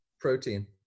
protein